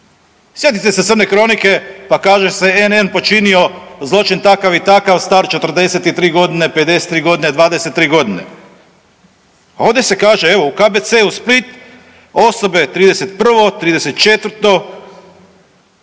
sjetite se crne kronike pa kaže se N.N. počinio zločin takav i takav star 43 godine, 53 godine, 23 godine. A ovdje se kaže evo u KBC-u Split osobe '31., '34.,